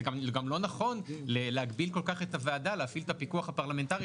גם לא נכון להגביל כל כך את הוועדה להפעיל את הפיקוח הפרלמנטרי